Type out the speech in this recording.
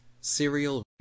serial